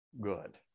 good